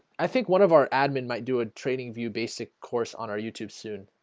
i think one of our admin might do a training view basic course on our youtube soon.